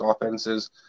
offenses